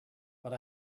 but